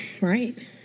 Right